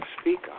speak